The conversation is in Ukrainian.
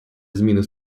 зміни